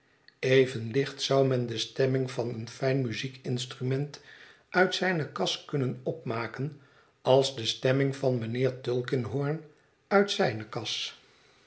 even licht zou men de stemming van een fijn muziekinstrument uit zijne kas kunnen opmaken als de stemming van mijnheer tulkinghorn uit zijne kas